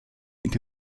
into